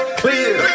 clear